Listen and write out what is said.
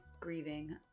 grieving